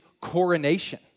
coronation